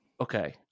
Okay